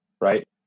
Right